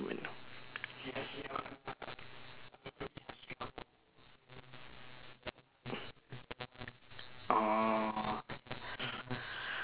ah